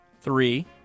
three